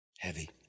heavy